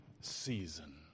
season